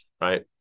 right